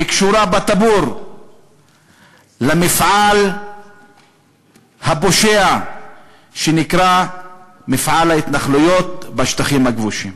וקשור בטבור למפעל הפושע שנקרא "מפעל ההתנחלויות בשטחים הכבושים".